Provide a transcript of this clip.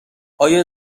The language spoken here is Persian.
آیا